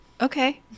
Okay